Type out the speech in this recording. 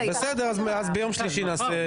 בסדר, אז ביום שלישי נעשה